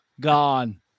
gone